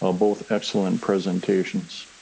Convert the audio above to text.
ah both excellent presentations.